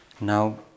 Now